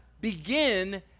begin